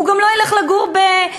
הוא גם לא ילך לגור בנגבה.